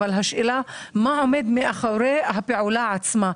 אבל השאלה מה עומד מאחורי הפעולה עצמה.